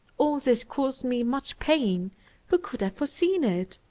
all this caused me much pain who could have foreseen it!